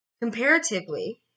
comparatively